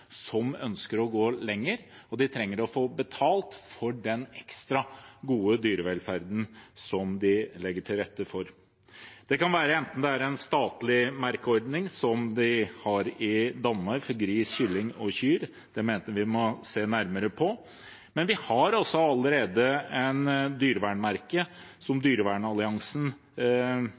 å få betalt for den ekstra gode dyrevelferden som de legger til rette for. Det kan være en statlig merkeordning, som de har i Danmark for gris, kylling og kyr – det mener vi vi må se nærmere på. Men vi har allerede dyrevernmerket, som Dyrevernalliansen